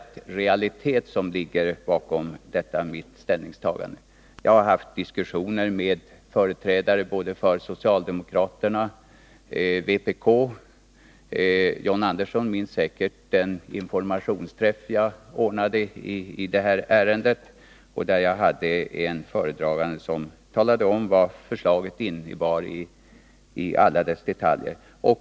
Jag har naturligtvis också försökt bilda opinion för Hörneforsgruppens förslag bland partikamrater och representanter för övriga regeringspartier. Ställningen är i dag den att det är ett mycket begränsat antal som sluter upp bakom förslaget att ge Hörnefors en verklig chans. Jag vill något rekapitulera vad som står i min motion. Jag begär där ett alla detaljer.